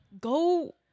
go